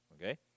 Okay